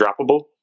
droppable